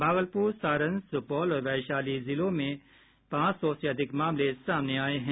भागलपुर सारण सुपौल और वैशाली जिले में भी पांच सौ अधिक मामले सामने आये हैं